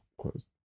close